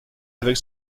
avec